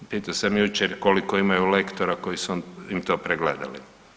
Pitao sam jučer koliko imaju lektora koji su im to pregledali.